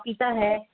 पपीता है